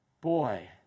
boy